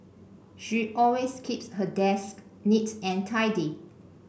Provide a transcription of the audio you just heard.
she always keeps her desk neat and tidy